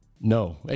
No